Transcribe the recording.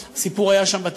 הסיפור היה שם ברשתות,